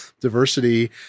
diversity